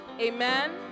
amen